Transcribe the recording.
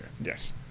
Yes